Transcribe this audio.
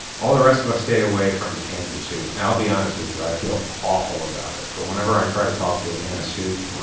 all the rest of us stay away from the cans of soup. and i'll be honest with you, i feel awful about it, but whenever i tried to talk to a can of soup,